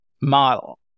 model